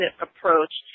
approach